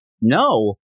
no